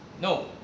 No